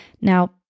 Now